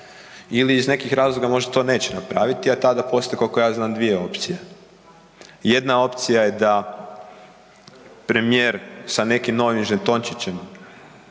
ili iz nekih razloga možda to neće napraviti, a tada postoje, koliko ja znam, dvije opcije. Jedna opcija je da premijer sa nekim novim žetončićem